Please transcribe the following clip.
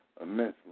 immensely